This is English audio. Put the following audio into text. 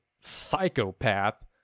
psychopath